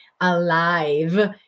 alive